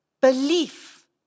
Belief